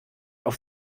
auf